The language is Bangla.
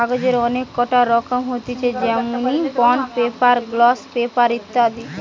কাগজের অনেক কটা রকম হতিছে যেমনি বন্ড পেপার, গ্লস পেপার ইত্যাদি